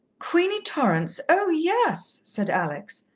queenie torrance? oh, yes! said alex,